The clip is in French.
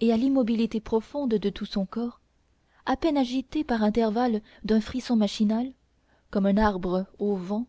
et à l'immobilité profonde de tout son corps à peine agité par intervalles d'un frisson machinal comme un arbre au vent